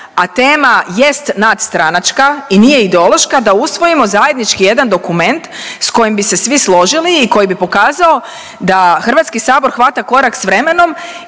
a tema jest nadstranačka i nije ideološka da usvojimo zajednički jedan dokument s kojim bi se svi složili i koji bi pokazao da HS hvata korak s vremenom